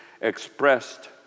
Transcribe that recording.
expressed